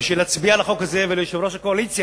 בשביל להצביע על החוק הזה וליושב-ראש הקואליציה,